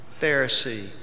Pharisee